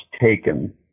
taken